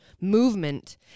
movement